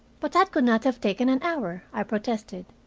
but that could not have taken an hour, i protested.